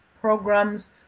programs